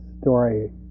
story